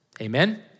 Amen